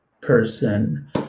person